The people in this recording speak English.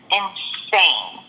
insane